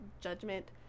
judgment